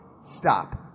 stop